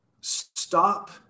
stop